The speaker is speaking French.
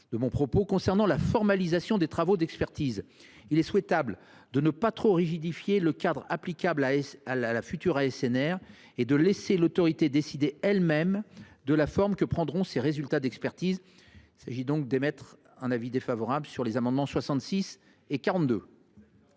ailleurs, concernant la formalisation des travaux d’expertise, il est souhaitable de ne pas trop rigidifier le cadre applicable à la future ASNR et de laisser l’autorité décider elle même de la forme que prendront ces résultats d’expertise. J’émets donc un avis défavorable sur ces deux amendements. Quel est